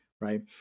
Right